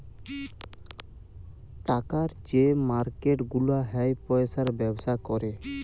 টাকার যে মার্কেট গুলা হ্যয় পয়সার ব্যবসা ক্যরে